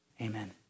amen